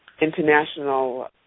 international